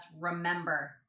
remember